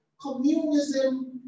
communism